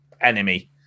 enemy